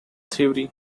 theory